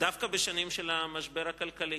דווקא בשנים של המשבר הכלכלי.